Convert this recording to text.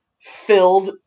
filled